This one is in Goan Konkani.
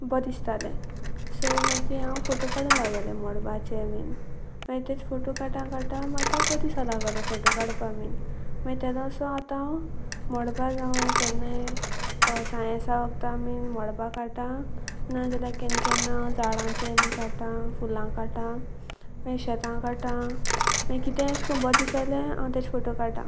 बरें दिसतालें सो मागीर हांव फोटो काडू लागोलें मळबाचें बीन मागीर तेच फोटो काडटा काडटा म्हाका बरें दिसो लागोले फोटो काडपा बीन मागीर तेदोनसो आतां हांव मळबा जावं केन्नाय सायेंसा वगता बीन मळबा काडटा ना जाल्यार केन्ना केन्ना झाडांचें बी काडटा फुलां काडटा मागीर शेतां काडटा मागीर कितें अशें करून बरें दिसलें हांव तेच फोटो काडटा